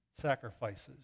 sacrifices